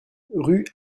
rue